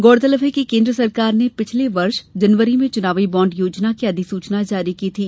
गौरतलब है कि केन्द्र सरकार ने पिछले वर्ष जनवरी में चुनावी बाँड योजना की अधिसूचना जारी की थी